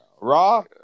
Raw